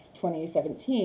2017